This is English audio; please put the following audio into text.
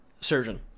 Surgeon